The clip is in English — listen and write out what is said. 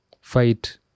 fight